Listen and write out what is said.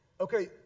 okay